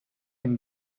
him